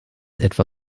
etwa